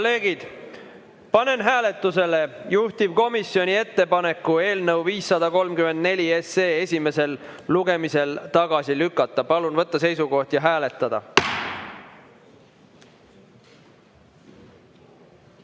kolleegid, panen hääletusele juhtivkomisjoni ettepaneku eelnõu 534 esimesel lugemisel tagasi lükata. Palun võtta seisukoht ja hääletada!